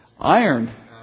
iron